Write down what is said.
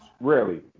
rarely